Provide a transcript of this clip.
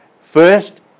First